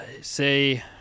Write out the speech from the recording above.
say